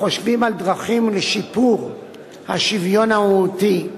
החושבים על דרכים לשיפור השוויון המהותי.